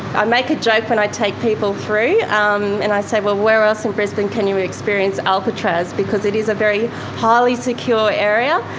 i make a joke when i take people through um and i say, well, where else in brisbane can you experience alcatraz, because it is a very highly secure area.